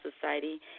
Society